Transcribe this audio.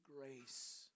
grace